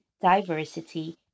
diversity